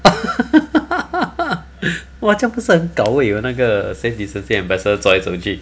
!wah! 这样不是很 gao wei 有那个 safe distancing ambassador 走来走去